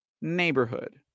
neighborhood